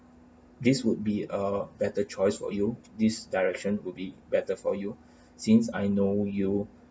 this would be a better choice for you this direction would be better for you since I know you